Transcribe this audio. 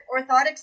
orthotics